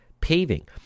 paving